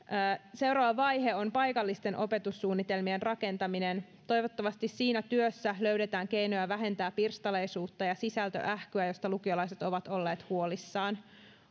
seuraava vaihe on paikallisten opetussuunnitelmien rakentaminen toivottavasti siinä työssä löydetään keinoja vähentää pirstaleisuutta ja sisältöähkyä josta lukiolaiset ovat olleet huolissaan